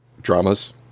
dramas